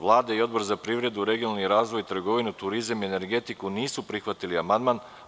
Vlada i Odbor za privredu, regionalni razvoj, trgovinu, turizam i energetiku nisu prihvatili amandman.